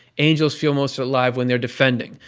angels feel most alive when they're defending.